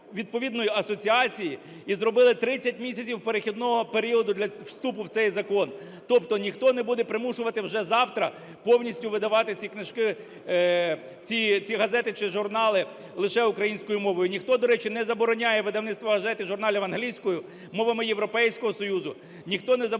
відповідної асоціації і зробили 30 місяців перехідного періоду для вступу в цей закон. Тобто ніхто не буде примушувати вже завтра повністю видавати ці книжки, ці газети чи журнали лише українською мовою. Ніхто, до речі, не забороняє видавництво газет і журналів англійською, мовами Європейського Союзу,